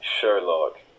Sherlock